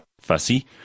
fussy